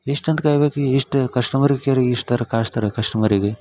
ಎಷ್ಟಂತ ಕಾಯ್ಬೇಕು ಎಷ್ಟು ಕಸ್ಟಮರ್ ಕೇರಿಗೆ ಎಷ್ಟಾರು ಕಾಯ್ಸ್ತಾರ ಕಸ್ಟಮರಿಗೆ